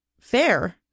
fair